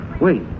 Wait